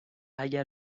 اگر